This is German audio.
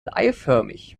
eiförmig